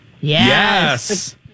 Yes